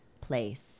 place